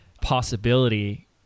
possibility